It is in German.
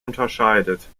unterscheidet